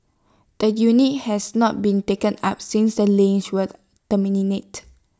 the unit has not been taken up since the lease was terminated